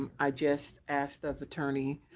i just ask the attorney,